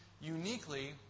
Uniquely